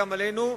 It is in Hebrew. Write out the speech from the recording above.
גם עלינו.